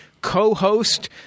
co-host